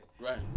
Right